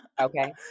Okay